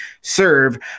serve